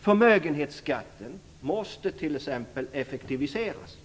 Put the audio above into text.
Förmögenhetsskatten måste t.ex. effektiviseras.